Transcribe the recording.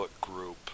group